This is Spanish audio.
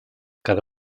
cada